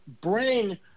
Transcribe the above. bring